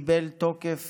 הוא קיבל תוקף